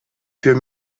für